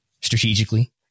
strategically